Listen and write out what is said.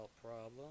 problem